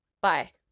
Bye